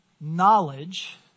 knowledge